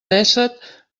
dèsset